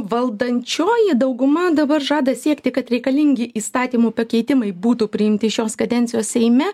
valdančioji dauguma dabar žada siekti kad reikalingi įstatymų pakeitimai būtų priimti šios kadencijos seime